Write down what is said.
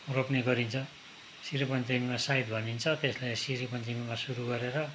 रोप्ने गरिन्छ श्री पञ्चमीमा साइत भनिन्छ त्यसलाई श्री पञ्चमीमा सुरु गरेर